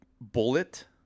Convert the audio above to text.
bullet